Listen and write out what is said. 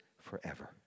forever